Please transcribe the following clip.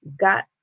got